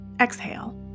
Exhale